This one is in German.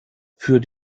für